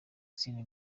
izindi